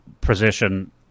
position